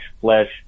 flesh